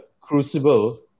crucible